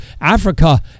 Africa